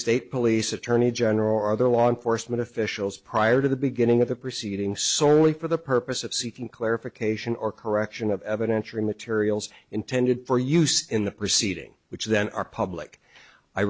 state police attorney general or other law enforcement officials prior to the beginning of the proceeding slowly for the purpose of seeking clarification or correction of evidence or materials intended for use in the proceeding which then are public i